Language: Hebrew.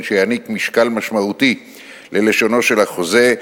שיעניק משקל משמעותי ללשונו של החוזה,